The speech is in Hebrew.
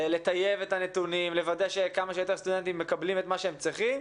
לטייב את הנתונים ולוודא שכמה שיותר סטודנטים מקבלים את מה שהם צריכים.